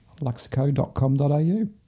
luxico.com.au